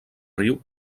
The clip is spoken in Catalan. riu